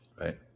Right